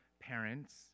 parents